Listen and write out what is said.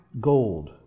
gold